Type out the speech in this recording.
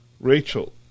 Rachel